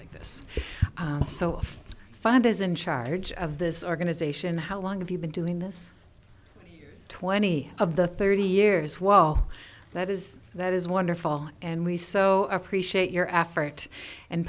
is this so find is in charge of this organization how long have you been doing this twenty of the thirty years while that is that is wonderful and we so appreciate your effort and